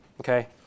okay